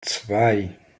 zwei